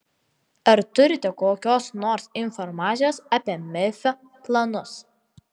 ar turite kokios nors informacijos apie merfio planus